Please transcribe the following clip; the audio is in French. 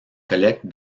collecte